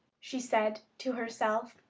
she said to herself,